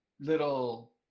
little